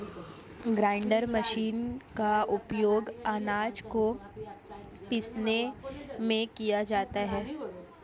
grinder machine का उपयोग आनाज को पीसने में किया जाता है